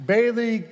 Bailey